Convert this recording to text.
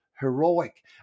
heroic